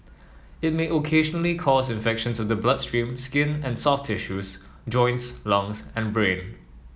it may occasionally cause infections of the bloodstream skin and soft tissue joints lungs and brain